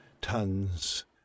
tons